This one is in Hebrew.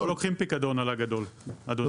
לא לוקחים פיקדון על הגדול, אדוני.